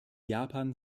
japan